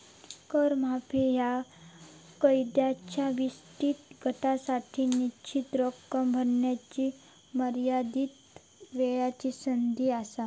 कर माफी ह्या करदात्यांच्या विशिष्ट गटासाठी निश्चित रक्कम भरण्याची मर्यादित वेळची संधी असा